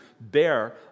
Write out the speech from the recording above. bear